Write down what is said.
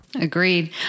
Agreed